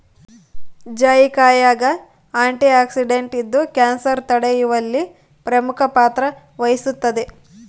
ಜಾಯಿಕಾಯಾಗ ಆಂಟಿಆಕ್ಸಿಡೆಂಟ್ ಇದ್ದು ಕ್ಯಾನ್ಸರ್ ತಡೆಯುವಲ್ಲಿ ಪ್ರಮುಖ ಪಾತ್ರ ವಹಿಸುತ್ತದೆ